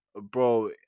Bro